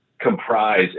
comprise